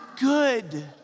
good